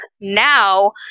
now